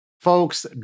folks